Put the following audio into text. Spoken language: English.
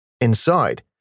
Inside